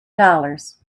dollars